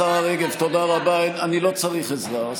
השרה רגב, תודה רבה, אני לא צריך עזרה.